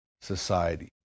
society